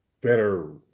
better